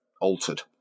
altered